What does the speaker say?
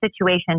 situation